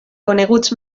coneguts